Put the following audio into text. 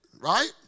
Right